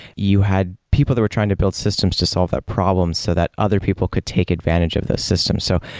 you had people that were trying to build systems to solve that problem so that other people could take advantage of the system. so,